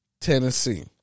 Tennessee